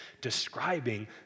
describing